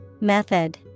Method